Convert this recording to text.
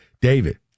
David